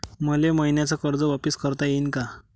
मले मईन्याचं कर्ज वापिस करता येईन का?